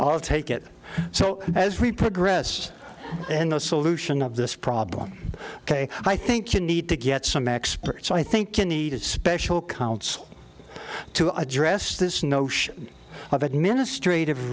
i'll take it so as we progress in the solution of this problem ok i think you need to get some expert so i think you need special counsel to address this notion of administrative